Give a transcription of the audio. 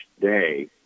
day